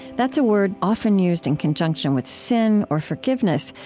that's a word often used in conjunction with sin or forgiveness,